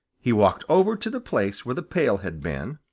he walked over to the place where the pail had been,